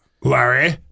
Larry